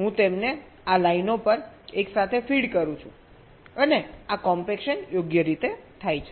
હું તેમને આ લાઇનો પર એક સાથે ફીડ કરું છું અને આ કોમ્પેક્શન યોગ્ય રીતે થાય છે